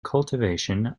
cultivation